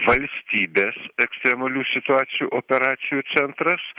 valstybės ekstremalių situacijų operacijų centras